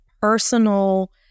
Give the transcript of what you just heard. personal